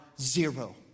zero